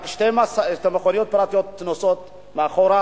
רק שתי מכוניות פרטיות נוסעות מאחור,